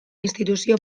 instituzio